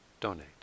donate